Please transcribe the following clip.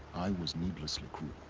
i was needlessly cruel.